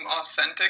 authentic